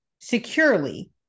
securely